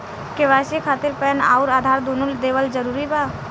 KYC खातिर PAN आउर आधार दुनों देवल जरूरी बा?